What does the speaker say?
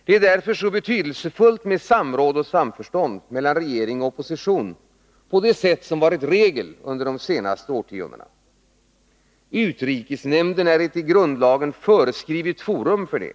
Det är därför så betydelsefullt med samråd och samförstånd mellan regering och opposition, på det sätt som varit regel under de senaste decennierna. Utrikesnämnden är ett i grundlagen föreskrivet forum för detta.